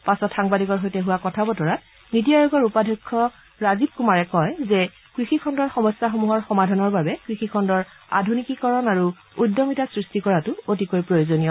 পাছত সাংবাদিকৰ সৈতে হোৱা কথা বতৰাত নীতি আয়োগৰ উপাধ্যক্ষ ৰাজীৱ কুমাৰে কয় যে কৃষি খণুৰ সমস্যাসমূহৰ সমাধানৰ বাবে কৃষি খণুৰ আধুনীকিকৰণ আৰু উদ্যমিতা সৃষ্টি কৰাতো অতিকৈ প্ৰয়োজনীয়